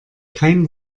kein